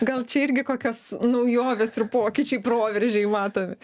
gal čia irgi kokios naujovės ir pokyčiai proveržiai matomi